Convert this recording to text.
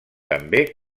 també